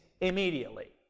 immediately